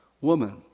woman